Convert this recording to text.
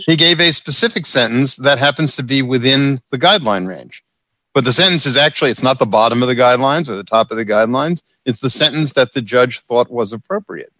specific he gave a specific sentence that happens to be within the guideline range but the sentence is actually it's not the bottom of the guidelines of the top of the guidelines it's the sentence that the judge thought was appropriate